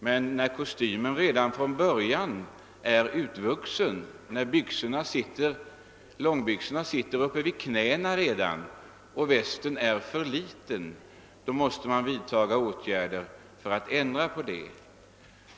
Men när kostymen redan från början är urvuxen, när långbyxorna slutar vid knäna och västen är för liten, så måste man vidta åtgärder för att ändra på det.